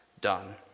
done